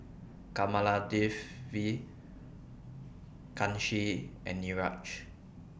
Kamaladevi Kanshi and Niraj